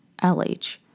LH